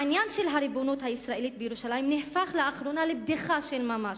העניין של הריבונות הישראלית בירושלים נהפך לאחרונה לבדיחה של ממש.